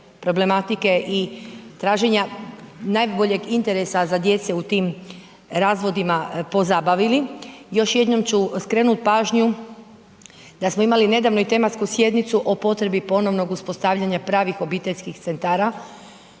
problematike i traženja najboljeg interesa za djece u tim razvodima pozabavili. Još jednom ću skrenuti pažnju, da smo imali nedavno i tematsku sjednici o potrebi ponovnog uspostavljanja pravih obiteljskih centara